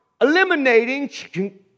Eliminating